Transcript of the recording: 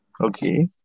Okay